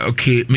Okay